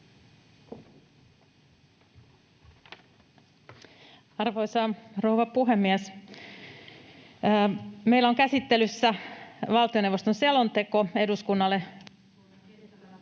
Arvoisa rouva puhemies! Meillä on käsittelyssä valtioneuvoston selonteko eduskunnalle